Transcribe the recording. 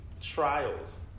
trials